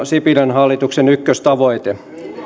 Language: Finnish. sipilän hallituksen ykköstavoite